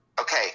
Okay